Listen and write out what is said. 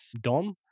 Dom